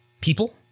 people